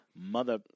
Mother